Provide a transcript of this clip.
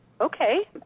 okay